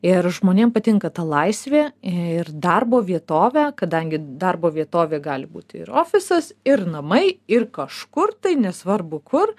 ir žmonėm patinka ta laisvė ir darbo vietovė kadangi darbo vietovė gali būti ir ofisas ir namai ir kažkur tai nesvarbu kur